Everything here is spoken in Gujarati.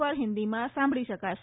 પર હિન્દીમાં સાંભળી શકાશે